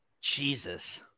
Jesus